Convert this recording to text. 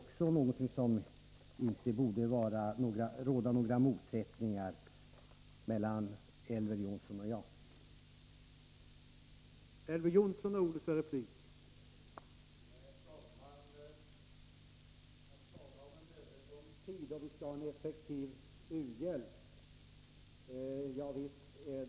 Herr talman! Javisst är det ett märkligt resonemang att tala om en övergångstid då vi skall ha en effektiv u-hjälp.